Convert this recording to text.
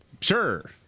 Sure